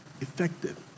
effective